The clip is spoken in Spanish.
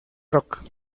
rock